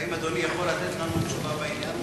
האם אדוני יכול לתת תשובה בעניין הזה?